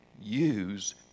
use